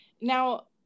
Now